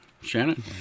shannon